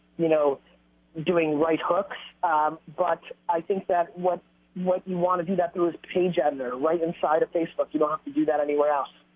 you know doing right hooks but i think that what what you want to do that through is paid out um there, right? inside of facebook you don't have to do that anywhere else.